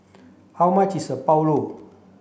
how much is Pulao